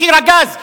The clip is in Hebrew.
מחיר הגז,